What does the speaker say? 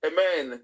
Amen